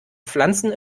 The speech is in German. pflanzen